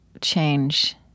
change